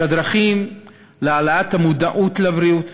את הדרכים להעלאת המודעות לבריאות: